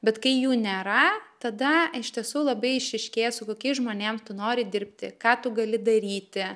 bet kai jų nėra tada iš tiesų labai išryškėja su kokiais žmonėm tu nori dirbti ką tu gali daryti